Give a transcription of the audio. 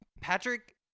Patrick